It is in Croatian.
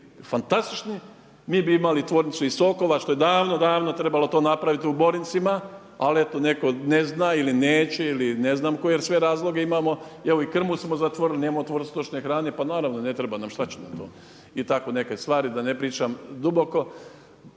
fantastični, mi bi imali tvornicu i sokova što je davno, davno trebalo to napraviti u Borincima, ali eto, netko ne zna ili neće ili ne znam koje sve razloge imamo. Evo i krmu smo zatvorili. Nemamo otvoreno stočne hrane, pa naravno, ne treba nam, šta će nam to. I tako neke stvari, da ne pričam duboko.